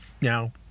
Now